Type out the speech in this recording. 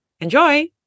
Enjoy